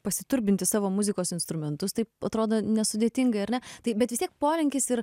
pasiturbinti savo muzikos instrumentus taip atrodo nesudėtingai ar ne taip bet vis tiek polinkis ir